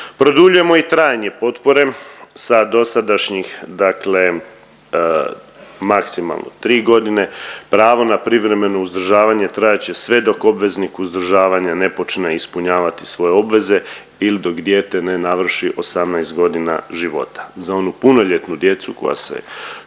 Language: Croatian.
Produljujemo i trajanje potpore sa dosadašnjih dakle maksimalno 3.g., pravo na privremeno uzdržavanje trajat će sve dok obveznik uzdržavanja ne počne ispunjavati svoje obveze il dok dijete ne navrši 18.g. života, za onu punoljetnu djecu koja se